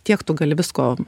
kiek tu gali visko